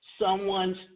someone's